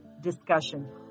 discussion